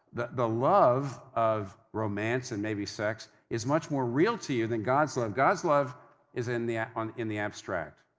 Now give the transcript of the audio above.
the the love of romance and maybe sex, is much more real to you than god's love. god's love is in the ah um in the abstract.